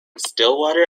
stillwater